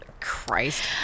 Christ